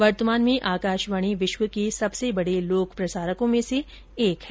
वर्तमान में आकाशवाणी विश्व के सबसे बड़े लोक प्रसारकों में एक है